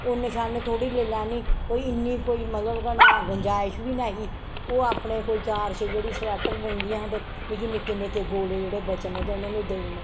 ओह् नशानी थोह्ड़ी लेई लैनी कोई इन्नी कोई मतलब केह् नांऽ गंजाइश बी नैही ओह् अपने चार छे जेह्ड़ी स्वैटर बुनदियां हां ते मिगी निक्के निक्के गोले जेह्ड़े बचने ते उन्नै मिगी देई ओड़ने